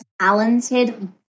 talented